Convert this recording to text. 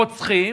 רוצחים,